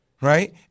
right